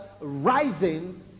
rising